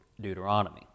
Deuteronomy